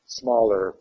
smaller